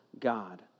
God